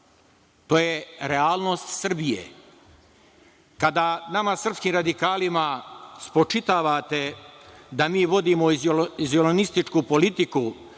To je realnost Srbije. Kada nama srpskim radikalima spočitavate da mi vodimo iluzionističku politiku,